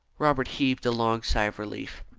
robert heaved a long sigh of relief.